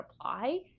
apply